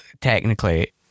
Technically